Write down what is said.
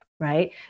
right